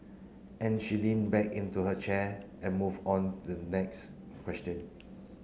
and she leaned back into her chair and moved on the next question